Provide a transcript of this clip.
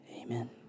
amen